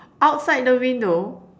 outside the window